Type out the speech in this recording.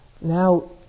Now